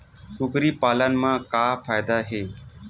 कुकरी पालन म का फ़ायदा हे?